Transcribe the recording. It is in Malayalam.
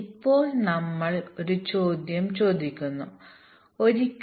ഇതിന് വളരെ ഉയർന്ന ചിലവ് വരും